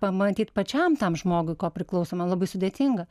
pamatyt pačiam tam žmogui kopriklausomam labai sudėtinga